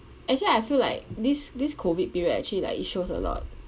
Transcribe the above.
actually I feel like this this COVID period actually like it shows a lot